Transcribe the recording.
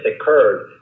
occurred